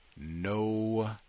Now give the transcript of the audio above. No